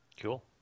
Cool